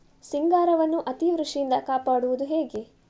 ಸಿಂಗಾರವನ್ನು ಅತೀವೃಷ್ಟಿಯಿಂದ ಕಾಪಾಡುವುದು ಹೇಗೆ?